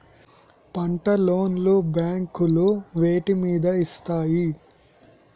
పంట లోన్ లు బ్యాంకులు వేటి మీద ఇస్తాయి?